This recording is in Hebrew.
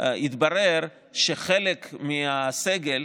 התברר שחלק מהסגל,